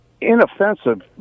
inoffensive